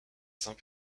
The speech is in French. saint